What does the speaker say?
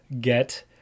get